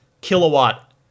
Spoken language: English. kilowatt